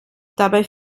dabei